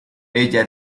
ella